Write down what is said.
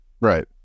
Right